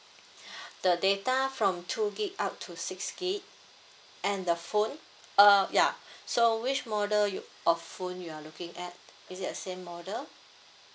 the data from two gig up to six gig and the phone err ya so which model you of phone you're looking at is it a same model